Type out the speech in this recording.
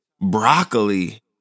Broccoli